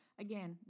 again